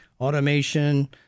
automation